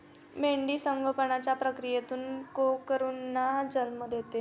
मेंढी संभोगाच्या प्रक्रियेतून कोकरूंना जन्म देते